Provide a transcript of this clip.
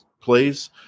plays